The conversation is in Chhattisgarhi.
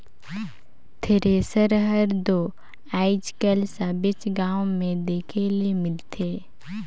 थेरेसर हर दो आएज काएल सबेच गाँव मे देखे ले मिलथे